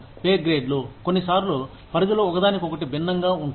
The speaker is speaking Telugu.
పే గ్రేడ్లు కొన్నిసార్లు పరిధులు ఒకదానికొకటి భిన్నంగా ఉంటాయి